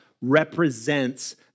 represents